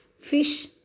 fish